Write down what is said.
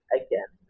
again